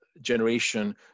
generation